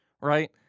right